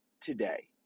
today